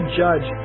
judge